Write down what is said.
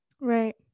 right